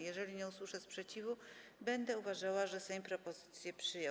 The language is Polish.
Jeżeli nie usłyszę sprzeciwu, będę uważała, że Sejm propozycję przyjął.